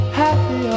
happy